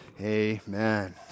Amen